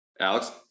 Alex